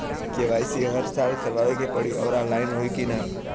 KYC हर साल करवावे के पड़ी और ऑनलाइन होई की ना?